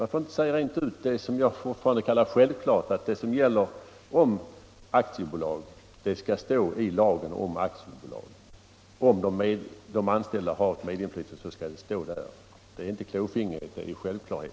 Varför inte säga det som jag fortfarande kallar självklart, nämligen att det som gäller för aktiebolag skall stå i lagen om aktiebolag? Om de anställda har medinflytande i aktiebolagen, skall det stå i den lagen. Det är inte klåfingrighet, utan det är en självklarhet.